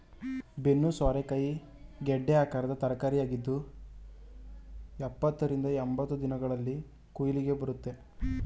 ಬೆನ್ನು ಸೋರೆಕಾಯಿ ಗೆಡ್ಡೆ ಆಕಾರದ ತರಕಾರಿಯಾಗಿದ್ದು ಎಪ್ಪತ್ತ ರಿಂದ ಎಂಬತ್ತು ದಿನಗಳಲ್ಲಿ ಕುಯ್ಲಿಗೆ ಬರುತ್ತೆ